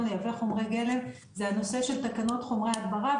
לייבא חומרי גלם זה הנושא של תקנות חומרי הדברה,